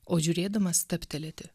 o žiūrėdama stabtelėti